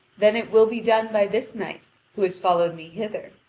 then it will be done by this knight who has followed me hither.